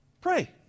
Pray